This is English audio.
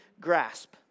grasp